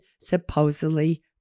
supposedly